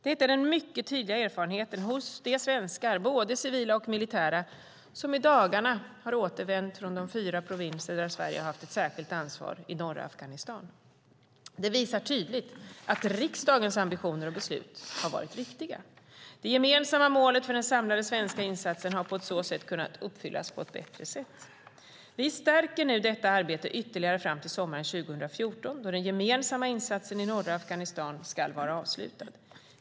Detta är den mycket tydliga erfarenheten hos de svenskar, både civila och militära, som i dagarna har återvänt från de fyra provinser där Sverige har haft ett särskilt ansvar, i norra Afghanistan. Det visar tydligt att riksdagens ambitioner och beslut har varit riktiga. Det gemensamma målet för den samlade svenska insatsen har på så sätt kunnat uppfyllas på ett bättre sätt. Vi stärker nu detta arbete ytterligare fram till sommaren 2014, då den gemensamma insatsen i norra Afghanistan ska vara avslutad.